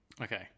Okay